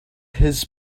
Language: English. his